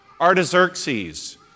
Artaxerxes